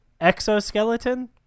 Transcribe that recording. Exoskeleton